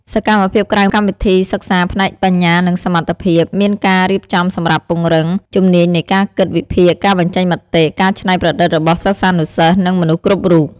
សកម្មភាពក្រៅកម្មវិធីសិក្សាផ្នែកបញ្ញានិងសមត្ថភាព មានការរៀបចំសម្រាប់ពង្រឹងជំនាញនៃការគិត វិភាគ ការបញ្ចេញមតិ ការច្នៃប្រឌិតរបស់សិស្សានុសិស្ស និងមនុស្សគ្រប់រូប។